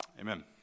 Amen